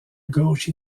gauche